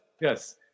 yes